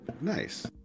Nice